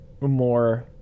more